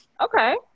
Okay